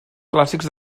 clàssics